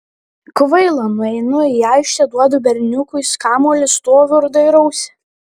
kvaila nueinu į aikštę duodu berniukui kamuolį stoviu ir dairausi